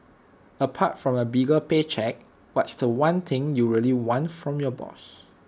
apart from A bigger pay cheque what's The One thing you really want from your boss